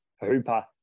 hooper